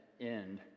end